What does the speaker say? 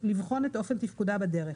ואחרי "מנוסעי הרכב"